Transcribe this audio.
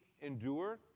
endure